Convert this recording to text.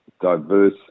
diverse